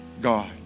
God